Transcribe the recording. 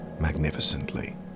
magnificently